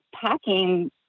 packing